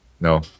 No